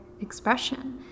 expression